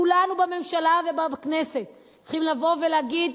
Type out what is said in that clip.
כולנו בממשלה ובכנסת צריכים לבוא ולהגיד,